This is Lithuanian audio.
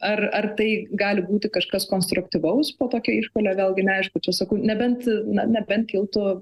ar ar tai gali būti kažkas konstruktyvaus po tokio išpuolio vėlgi neaišku čia sakau nebent na nebent kiltų